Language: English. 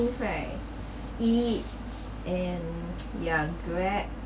this right E_N ya Grab